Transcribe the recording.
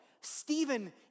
Stephen